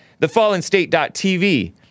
theFallenState.tv